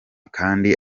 kandi